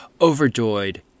Overjoyed